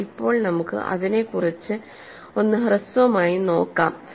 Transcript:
എന്നാൽ ഇപ്പോൾ നമുക്ക് അതിനെക്കുറിച്ച് ഒരു ഹ്രസ്വമായി നോക്കാം